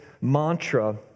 mantra